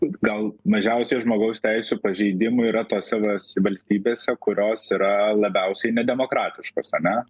gal mažiausiai žmogaus teisių pažeidimų yra tose vals valstybėse kurios yra labiausiai nedemokratiškos ane